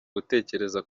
gutekereza